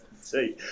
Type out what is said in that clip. see